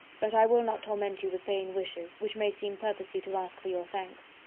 but i will not torment you with vain wishes, which may seem purposely to ask for your thanks.